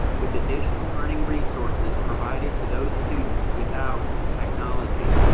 with additional learning resources provided to those students without technology.